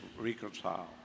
Reconcile